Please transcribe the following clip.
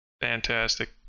Fantastic